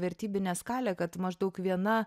vertybinė skalė kad maždaug viena